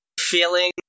feeling